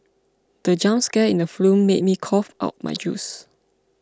the jump scare in the film made me cough out my juice